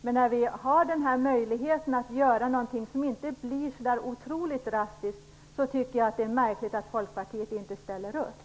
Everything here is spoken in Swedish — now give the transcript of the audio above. Men när vi har möjligheten att göra något som inte får så otroligt drastiska konsekvenser tycker jag att det är märkligt att Folkpartiet inte ställer upp.